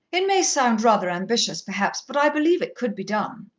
it may sound rather ambitious, perhaps, but i believe it could be done.